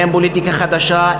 אין פוליטיקה חדשה,